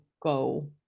go